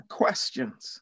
questions